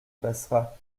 passera